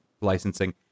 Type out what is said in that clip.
Licensing